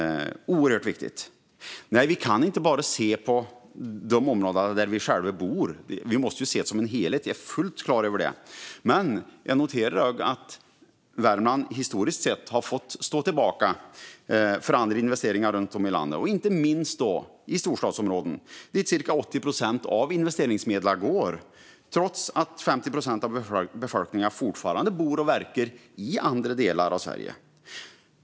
Vi kan inte bara se på de områden där vi själva bor, utan jag är fullt klar över att vi måste se till helheten. Men jag noterar att Värmland historiskt sett har fått stå tillbaka för andra investeringar runt om i landet. Cirka 80 procent av investeringsmedlen går till storstadsområden trots att 50 procent av befolkningen fortfarande bor och verkar i andra delar av Sverige.